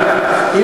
אותנו.